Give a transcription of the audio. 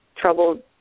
troubled